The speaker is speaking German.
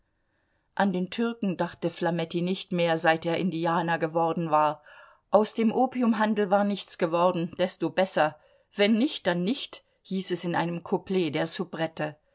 an den türken dachte flametti nicht mehr seit er indianer geworden war aus dem opiumhandel war nichts geworden desto besser wenn nicht dann nicht hieß es in einem couplet der